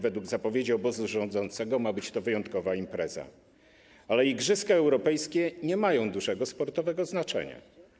Według zapowiedzi obozu rządzącego ma to być wyjątkowa impreza, ale igrzyska europejskie nie mają dużego sportowego znaczenia.